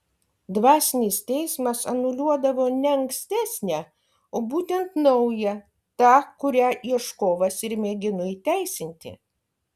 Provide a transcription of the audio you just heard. dvasinis teismas anuliuodavo ne ankstesnę o būtent naują tą kurią ieškovas ir mėgino įteisinti